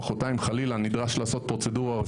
מוחרתיים חלילה נדרש לעשות פרוצדורה רפואית.